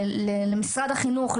למשרד החינוך,